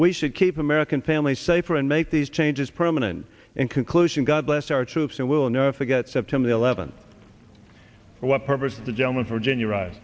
we should keep american families safer and make these changes permanent in conclusion god bless our troops and we'll never forget september eleventh for what purpose the gentleman from virginia right